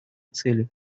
цели